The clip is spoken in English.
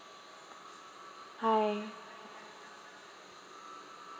hi